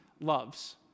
loves